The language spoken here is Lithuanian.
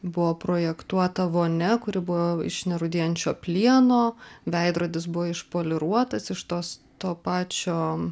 buvo projektuota vonia kuri buvo iš nerūdijančio plieno veidrodis buvo išpoliruotas iš tos to pačio